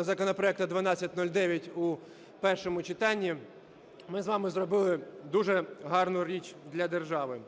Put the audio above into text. законопроекту 1209 у першому читанні. Ми з вами зробили дуже гарну річ для держави.